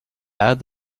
add